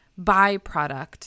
byproduct